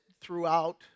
throughout